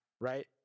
right